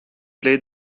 play